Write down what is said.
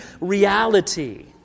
reality